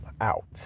out